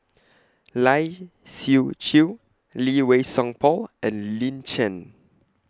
Lai Siu Chiu Lee Wei Song Paul and Lin Chen